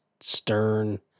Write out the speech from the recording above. stern